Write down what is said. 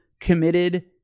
committed